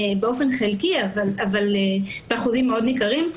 באופן חלקי אבל באחוזים מאוד ניכרים,